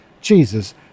Jesus